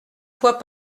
fois